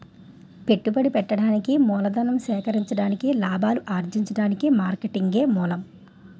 పెట్టుబడి పెట్టడానికి మూలధనం సేకరించడానికి లాభాలు అర్జించడానికి మార్కెటింగే మూలం